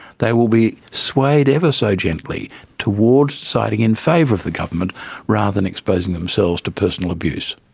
they will be swayed ever so gently towards citing in favour of the government rather than exposing themselves to personal abuse.